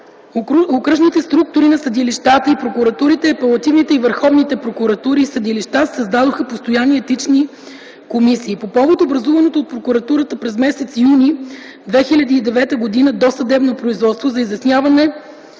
окръжните структури на съдилищата и прокуратурите, апелативните и върховни прокуратури и съдилища се създадоха постоянни етични комисии. По повод образуваното от Прокуратурата през м. юни 2009 г. досъдебно производство за изясняване